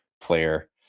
player